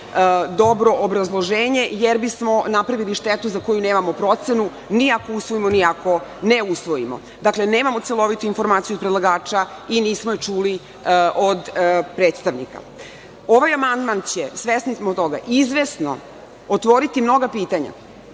dobro obrazloženje, jer bismo napravili štetu za koju nemamo procenu, ni ako usvojimo, ni ako ne usvojimo. Dakle, nemamo celovitu informaciju od predlagača i nismo je čuli od predstavnika. Ovaj amandman će, svesni smo toga, izvesno otvoriti mnoga pitanja,